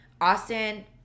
Austin